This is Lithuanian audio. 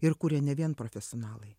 ir kuria ne vien profesionalai